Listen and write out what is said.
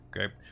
Okay